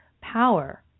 power